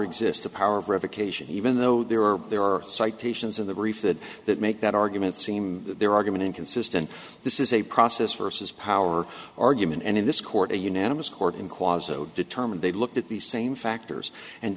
exists the power of revocation even though there are there are citations in the brief that that make that argument seem their argument inconsistent this is a process versus power argument and in this court a unanimous court in cause so determined they looked at these same factors and